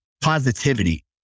positivity